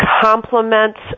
complements